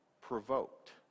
provoked